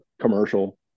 commercial